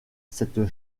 cette